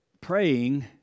Praying